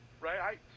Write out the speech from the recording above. right